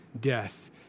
death